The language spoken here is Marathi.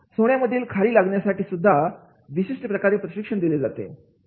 सोन्या मधील खडी लागण्यासाठी सुद्धा विशिष्ट प्रकारे प्रशिक्षण दिले जाते